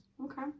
Okay